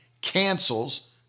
cancels